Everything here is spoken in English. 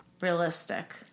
realistic